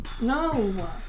No